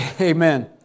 Amen